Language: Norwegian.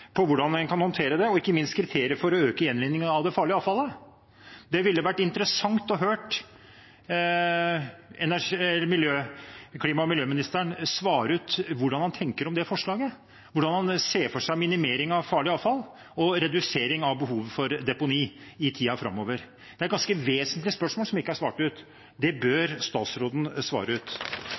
på hvordan en kan håndtere det, og ikke minst kriterier for å øke gjenvinningen av det farlige avfallet? Det ville vært interessant å høre klima- og miljøministeren svare på hvordan han tenker om det forslaget, hvordan han ser for seg en minimering av farlig avfall og en reduksjon i behovet for deponi i tiden framover. Det er et ganske vesentlig spørsmål, som ikke er besvart. Det bør statsråden svare